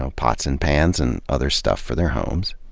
so pots and pans and other stuff for their homes.